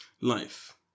Life